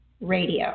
radio